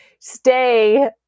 stay